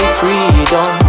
freedom